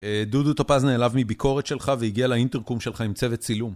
דודו טופז נעלב מביקורת שלך והגיע לאינטרקום שלך עם צוות צילום.